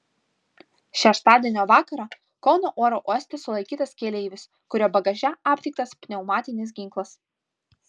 šeštadienio vakarą kauno oro uoste sulaikytas keleivis kurio bagaže aptiktas pneumatinis ginklas